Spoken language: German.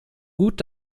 gut